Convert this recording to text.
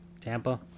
Tampa